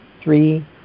three